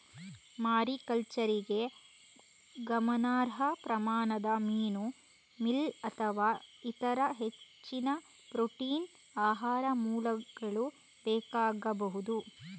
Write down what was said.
ಮಾರಿಕಲ್ಚರಿಗೆ ಗಮನಾರ್ಹ ಪ್ರಮಾಣದ ಮೀನು ಮೀಲ್ ಅಥವಾ ಇತರ ಹೆಚ್ಚಿನ ಪ್ರೋಟೀನ್ ಆಹಾರ ಮೂಲಗಳು ಬೇಕಾಗಬಹುದು